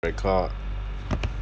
record